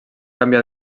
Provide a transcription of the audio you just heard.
canvià